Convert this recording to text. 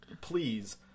please